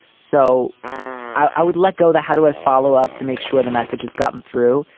so i would let go the how do i follow up to make sure the message has gotten through?